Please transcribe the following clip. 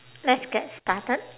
let's get started